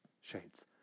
shades